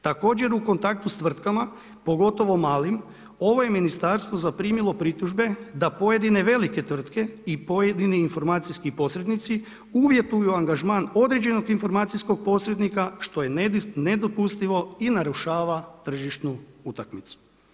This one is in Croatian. Također u kontaktu s tvrtkama, pogotovo malim ovo je ministarstvo zaprimilo pritužbe, da pojedine velike tvrtke i pojedini informacijski posrednici, uvjetuju angažman određenog informacijskog posrednika, što je nedopustivo i narušava tržištu utakmicu.